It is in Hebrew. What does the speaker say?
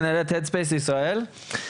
מנהלת הדספייס ישראל,